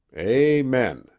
amen